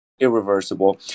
irreversible